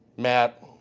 Matt